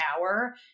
hour